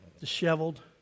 disheveled